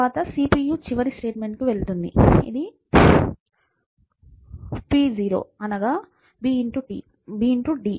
తదుపరి CPU చివరి statement కి వెళుతుంది ఇది p0 అనగా b × d